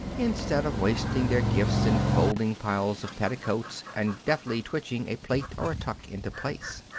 instead of wasting their gifts in folding piles of petticoats and deftly twitching a plait or a tuck into place.